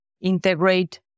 integrate